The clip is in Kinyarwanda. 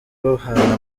bahana